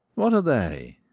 what are they?